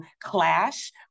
clash